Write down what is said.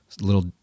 little